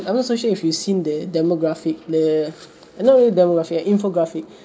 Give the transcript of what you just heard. I'm not so sure if you've seen the demographic the no not demographic infographic